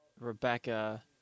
Rebecca